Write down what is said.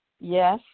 Yes